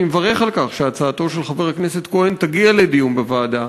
אני מברך על כך שהצעתו של חבר הכנסת כהן תגיע לדיון בוועדה